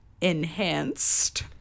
enhanced